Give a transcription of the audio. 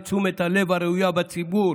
לתשומת הלב הראויה בציבור